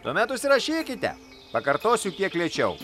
tuomet užsirašykite pakartosiu kiek lėčiau